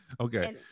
okay